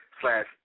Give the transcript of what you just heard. slash